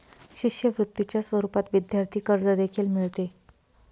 शिष्यवृत्तीच्या स्वरूपात विद्यार्थी कर्ज देखील मिळते